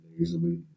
easily